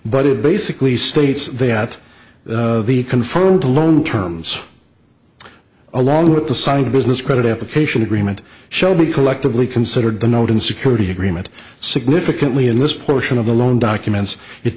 but it basically states that the confirmed alone terms along with the side business credit application agreement shall be collectively considered the note in security agreement significantly in this portion of the loan documents it